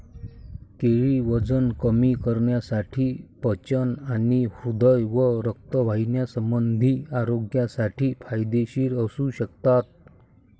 केळी वजन कमी करण्यासाठी, पचन आणि हृदय व रक्तवाहिन्यासंबंधी आरोग्यासाठी फायदेशीर असू शकतात